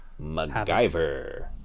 MacGyver